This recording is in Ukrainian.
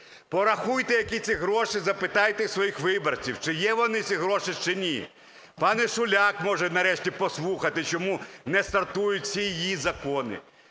Порахуйте, які це гроші. Запитайте своїх виборців, чи є вони, ці гроші, чи ні. Пані Шуляк може нарешті послухати, чому не стартують ці її закони.